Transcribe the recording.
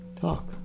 talk